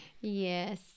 Yes